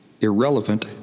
Irrelevant